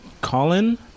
Colin